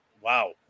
Wow